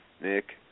Nick